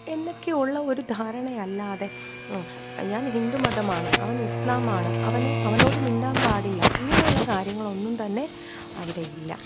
എന്നൊക്കെയുള്ള ഒരു ധാരണയല്ലാതെ ആ ഞാൻ ഹിന്ദു മതമാണ് അവൻ ഇസ്ലാമാണ് അവന് അവനോട് മിണ്ടാൻ പാടില്ല ഇങ്ങനെയുള്ള കാര്യങ്ങളൊന്നും തന്നെ അവിടെയില്ല